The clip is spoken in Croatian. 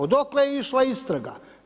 Dokle je išla istraga?